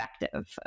effective